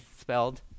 spelled